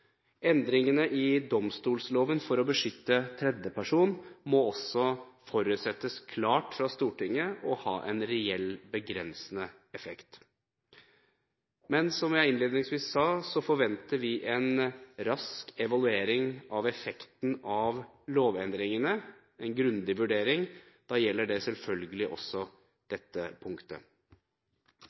Endringene i domstolloven for å beskytte tredjeperson må også forutsettes klart fra Stortinget og ha en reell begrensende effekt. Som jeg innledningsvis sa, forventer vi en rask evaluering av effekten av lovendringene – en grundig vurdering. Det gjelder selvfølgelig også dette punktet.